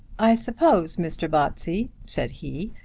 i suppose, mr. botsey, said he,